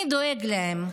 מי דואג להם?